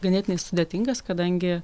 ganėtinai sudėtingas kadangi